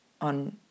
on